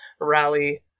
rally